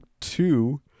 two